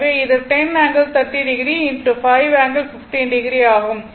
எனவே இது 10 ∠30o 5 ∠15o ஆகும்